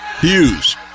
Hughes